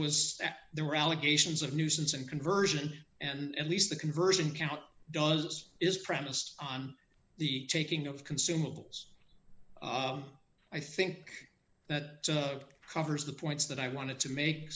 was there were allegations of nuisance and conversion and at least the conversion count does is premised on the taking of consumables i think that covers the points that i wanted to make